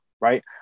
right